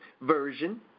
version